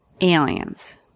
Aliens